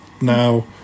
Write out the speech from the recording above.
Now